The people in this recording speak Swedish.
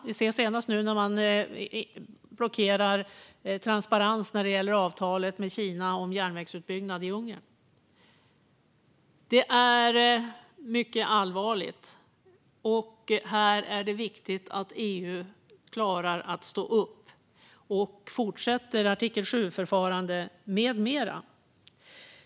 Vi har senast kunna se det då man blockerar transparensen vad gäller avtalet med Kina om järnvägsutbyggnad i Ungern. Detta är mycket allvarligt. Det är viktigt att EU klarar av att stå upp och fortsätter ett artikel-7-förfarande med mera.